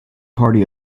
party